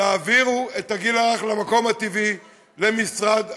תעבירו את הגיל הרך למקום הטבעי, למשרד החינוך.